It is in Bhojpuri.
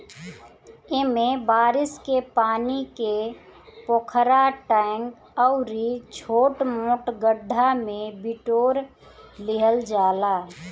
एमे बारिश के पानी के पोखरा, टैंक अउरी छोट मोट गढ्ढा में बिटोर लिहल जाला